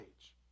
age